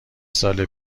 سال